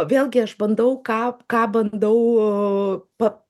vėlgi aš bandau ką ką bandau pa